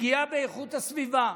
פגיעה באיכות הסביבה,